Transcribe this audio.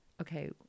okay